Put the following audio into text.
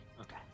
Okay